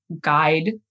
guide